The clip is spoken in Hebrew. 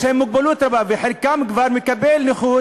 יש להם מוגבלות, וחלקם כבר מקבלים אחוזי נכות